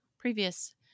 previous